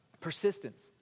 persistence